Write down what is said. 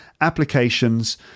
applications